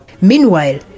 Meanwhile